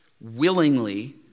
willingly